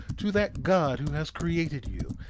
to that god who has created you,